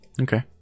Okay